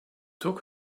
took